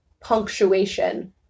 punctuation